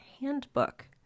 Handbook